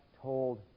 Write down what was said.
told